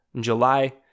July